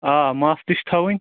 آ مَف تہِ چھِ تھاوِٕنۍ